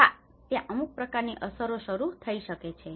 હા ત્યાં અમુક પ્રકારની અસરો શરૂ થઈ શકે છે